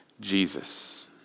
Jesus